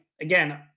Again